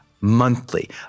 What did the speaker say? monthly